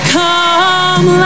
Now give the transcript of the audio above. come